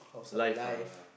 life ah